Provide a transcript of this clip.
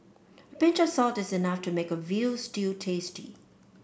a pinch of salt is enough to make a veal stew tasty